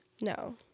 No